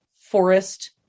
forest